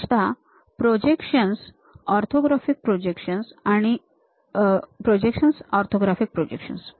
विशेषतः projections orthographic projections